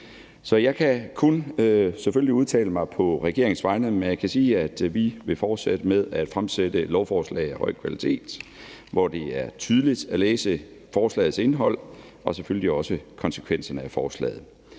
kun udtale mig på regeringens vegne, men jeg kan sige, at vi vil fortsætte med at fremsætte lovforslag af høj kvalitet, hvor det er tydeligt at læse forslagets indhold og selvfølgelig også konsekvenserne af forslaget.